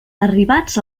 arribats